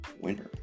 winner